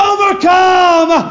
Overcome